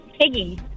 Piggy